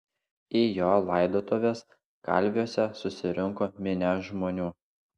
į jo laidotuves kalviuose susirinko minia žmonių